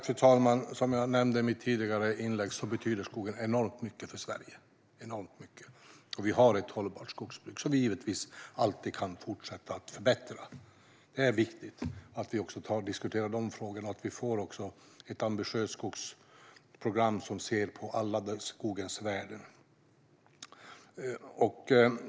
Fru talman! Som jag nämnde i mitt tidigare inlägg betyder skogen enormt mycket för Sverige - enormt mycket. Vi har ett hållbart skogsbruk. Vi kan givetvis alltid fortsätta att förbättra det, och det är viktigt att vi diskuterar de frågorna och får ett ambitiöst skogsprogram som ser till alla skogens värden.